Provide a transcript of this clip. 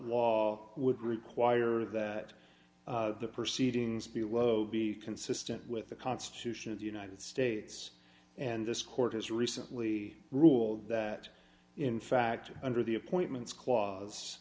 law would require that the proceedings below be consistent with the constitution of the united states and this court has recently ruled that in fact under the appointments cla